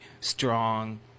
strong